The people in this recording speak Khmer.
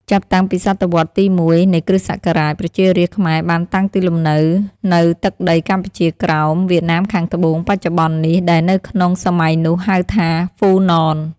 ចាប់តាំងពីសតវត្សរ៍ ទី១ នៃគ្រឹស្តសករាជ ប្រជារាស្ត្រខ្មែរបានតាំងទីលំនៅ នៅទឹកដីកម្ពុជាក្រោម វៀតណាមខាងត្បូង បច្ចុប្បន្ននេះ ដែលនៅក្នុងសម័យនោះ ហៅថា ហ៊្វូណន ។